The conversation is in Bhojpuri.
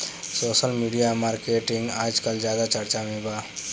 सोसल मिडिया मार्केटिंग आजकल ज्यादा चर्चा में बा